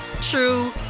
true